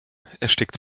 erstickt